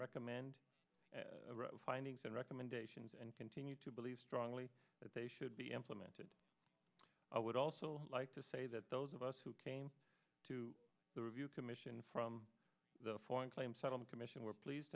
recommend findings and recommendations and continue to believe strongly that they should be implemented i would also like to say that those of us who came to the review commission from the foreign claim side of the commission were pleased